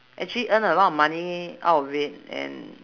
actually earn a lot of money out of it and